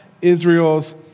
Israel's